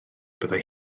byddai